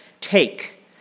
take